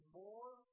more